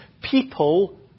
people